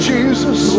Jesus